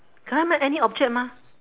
cannot make any object mah